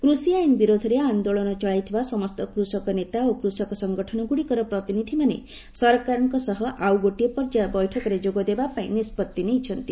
କୃଷି ଆଇନ ବିରୋଧରେ ଆନ୍ଦୋଳନ ଚଳାଇଥିବା ସମସ୍ତ କୃଷକ ନେତା ଓ କୃଷକ ସଙ୍ଗଠନଗୁଡ଼ିକର ପ୍ରତିନିଧିମାନେ ସରକାରଙ୍କ ସହ ଆଉ ଗୋଟିଏ ପର୍ଯ୍ୟାୟ ବୈଠକରେ ଯୋଗଦେବାପାଇଁ ନିଷ୍ପଭି ନେଇଛନ୍ତି